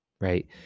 right